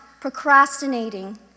procrastinating